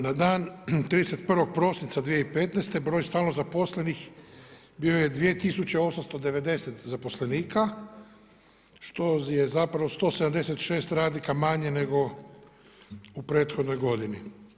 Na dan 31. prosinca 2015. broj stalno zaposlenih bio 2890 zaposlenika, što je zapravo 176 radnika manje nego u prethodnoj godini.